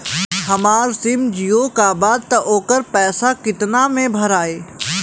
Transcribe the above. हमार सिम जीओ का बा त ओकर पैसा कितना मे भराई?